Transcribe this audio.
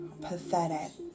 pathetic